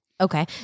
Okay